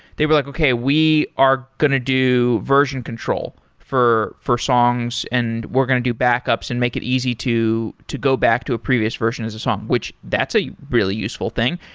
they were like, okay, we are going to do version control for for songs and we're going to do backups and make it easy to to go back to a previous version as a song, which that's a really useful thing.